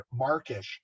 markish